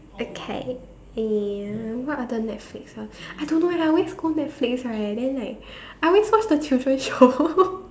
okay eh uh what other netflix ah I don't know eh I always go netflix right then like I always watch the children show